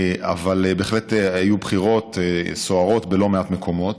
ובהחלט היו בחירות סוערות בלא מעט מקומות.